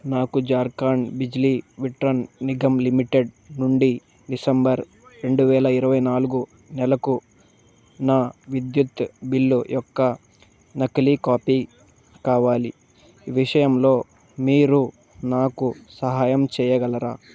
నాకు జార్ఖండ్ బిజ్లీ విట్రన్ నిగమ్ లిమిటెడ్ నుండి డిసెంబర్ రెండు వేల ఇరవై నాలుగు నెలకు నా విద్యుత్ బిల్లు యొక్క నకిలీ కాపీ కావాలి ఈ విషయంలో మీరు నాకు సహాయం చేయగలరా